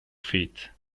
feet